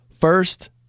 First